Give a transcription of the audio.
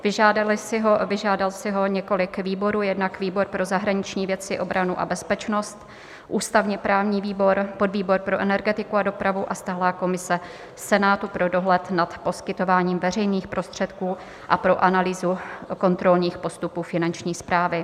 Vyžádalo si ho několik výborů, jednak výbor pro zahraniční věci, obranu a bezpečnost, ústavněprávní výbor, podvýbor pro energetiku a dopravu a stálá komise Senátu pro dohled nad poskytováním veřejných prostředků a pro analýzu kontrolních postupů Finanční správy.